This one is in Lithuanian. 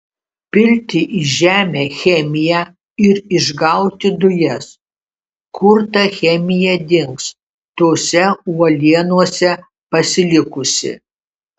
pilti į žemę chemiją ir išgauti dujas kur ta chemija dings tose uolienose pasilikusi